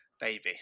baby